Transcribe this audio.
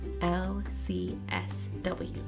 L-C-S-W